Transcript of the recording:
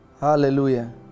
hallelujah